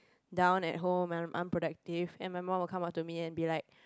down at home and I'm unproductive and my mum will come up to me and be like